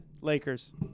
Lakers